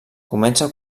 comença